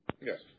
Yes